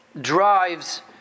drives